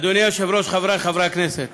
אדוני היושב-ראש, חברי חברי הכנסת,